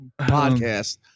podcast